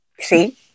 see